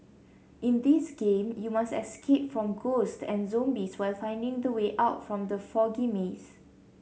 in this game you must escape from ghosts and zombies while finding the way out from the foggy maze